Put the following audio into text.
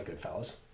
Goodfellas